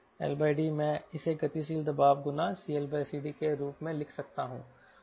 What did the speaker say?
LD मैं इसे गतिशील दबाव गुना CLCD के रूप में लिख सकता हूं